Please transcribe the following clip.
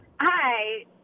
Hi